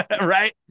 right